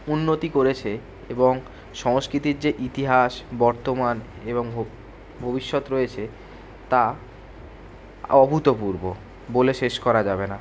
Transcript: উন্নতি করেছে এবং সংস্কৃতির যে ইতিহাস বর্তমান এবং ভবিষ্যৎ রয়েছে তা অভূতপূর্ব বলে শেষ করা যাবে না